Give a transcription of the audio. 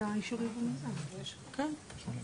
יש עבירה על מי שמוסר מידע לא נכון במסמכי הייבוא.